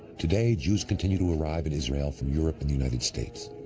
today, jews continue to arrive in israel from europe and the united states,